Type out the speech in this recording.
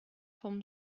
vom